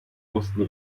mussten